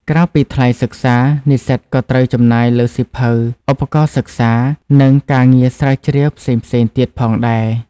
ក្រៅពីថ្លៃសិក្សា និស្សិតក៏ត្រូវចំណាយលើសៀវភៅ ឧបករណ៍សិក្សា និងការងារស្រាវជ្រាវផ្សេងៗទៀតផងដែរ។